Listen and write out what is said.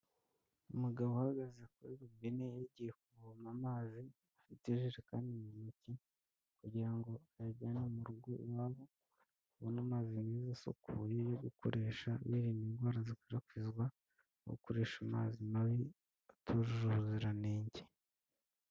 Umugabo uhagaze kuri robine yagiye kuvoma amazi, afite ijerekani mu ntoki, kugira ngo ayajyane mu rugo iwabo, abone amazi meza asukuye yo gukoresha yirinda indwara zikwirakwizwa no gukoresha amazi mabi, atujuje ubuziranenge.